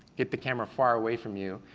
get the camera far away from you,